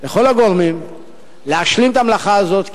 לכל הגורמים להשלים את המלאכה הזאת,